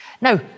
Now